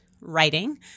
writing